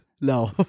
No